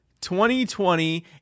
2020